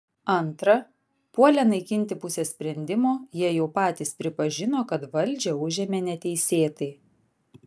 antra puolę naikinti pusę sprendimo jie jau patys pripažino kad valdžią užėmė neteisėtai